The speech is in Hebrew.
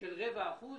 של רבע אחוז.